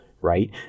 right